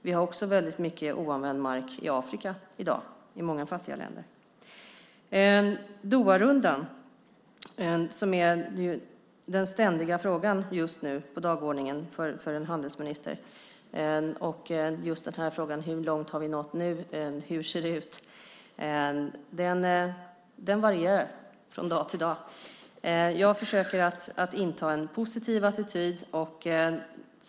Vi har också väldigt mycket oanvänd mark i Afrika i dag i många fattiga länder. Doharundan är den ständiga frågan på dagordningen just nu för en handelsminister liksom frågan hur långt vi har nått och hur det ser ut. Det varierar från dag till dag. Jag försöker inta en positiv attityd.